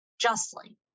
justly